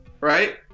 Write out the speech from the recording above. right